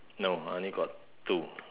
no I only got two